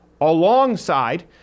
alongside